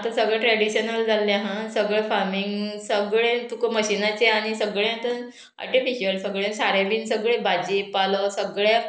आतां सगळें ट्रॅडिशनल जाल्लें आहा सगळें फार्मींग सगळें तुका मशिनाचें आनी सगळें आतां आर्टिफिशल सगळें सारें बीन सगळें भाजी पालो सगळें